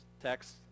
text